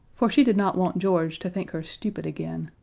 for she did not want george to think her stupid again.